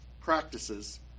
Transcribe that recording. practices